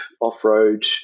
off-road